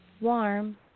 warm